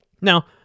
Now